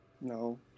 No